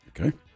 Okay